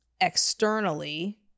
externally